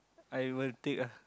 I will take ah